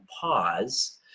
pause